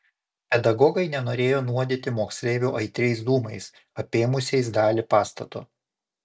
pedagogai nenorėjo nuodyti moksleivių aitriais dūmais apėmusiais dalį pastato